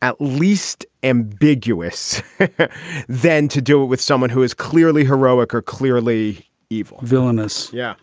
at least ambiguous then to do it with someone who is clearly heroic or clearly evil villainous? yeah,